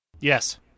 Yes